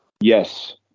Yes